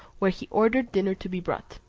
where he ordered dinner to be brought.